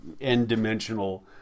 n-dimensional